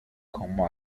como